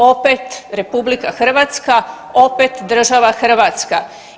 Opet RH, opet država Hrvatska.